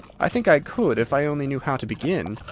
i think i could, if i only knew how to begin.